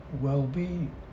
well-being